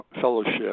fellowship